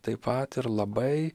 taip pat ir labai